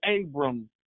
abram